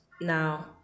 Now